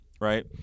right